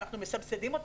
ואנחנו מסבסדים אותם,